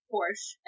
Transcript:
Porsche